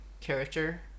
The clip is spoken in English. character